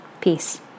Peace